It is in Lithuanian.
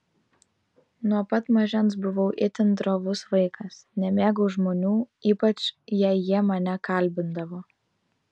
nuo pat mažens buvau itin drovus vaikas nemėgau žmonių ypač jei jie mane kalbindavo